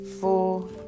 four